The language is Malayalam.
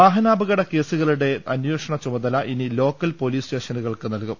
വാഹനാപകട കേസുകളുടെ അന്വേഷണ ചുമതല ഇനി ലോക്കൽ പോലീസ് സ്റ്റേഷനുകൾക്ക് നൽകും